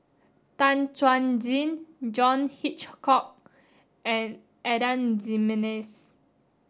Tan Chuan Jin John Hitchcock and Adan Jimenez